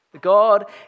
God